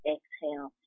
Exhale